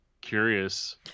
curious